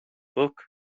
book